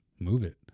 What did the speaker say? MoveIt